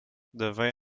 devint